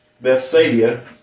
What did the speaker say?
Bethsaida